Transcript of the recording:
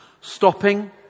Stopping